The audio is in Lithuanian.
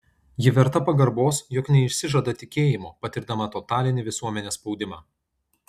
ji verta pagarbos jog neišsižada tikėjimo patirdama totalinį visuomenės spaudimą